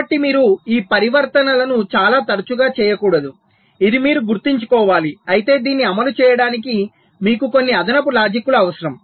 కాబట్టి మీరు ఈ పరివర్తనలను చాలా తరచుగా చేయకూడదు ఇది మీరు గుర్తుంచుకోవాలి అయితే దీన్ని అమలు చేయడానికి మీకు కొన్ని అదనపు లాజిక్కులు అవసరం